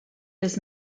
was